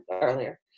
earlier